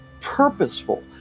purposeful